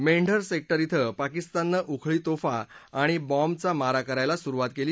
मेंढर sector ॐ पाकिस्ताननं उखळी तोफा आणि बाँबचा मारा करायला सुरुवात केली